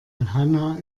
hanna